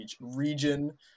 region